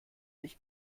sich